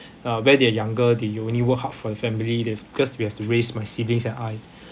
uh when they're younger they only work hard for their family they have because they have to raise my siblings and I